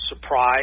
surprise